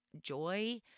joy